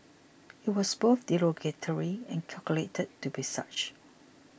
it was both derogatory and calculated to be such